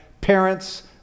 parents